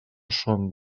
són